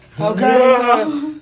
Okay